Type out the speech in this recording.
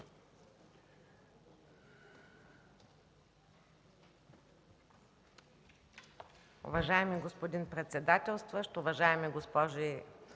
Уважаеми господин председателстващ, уважаеми госпожи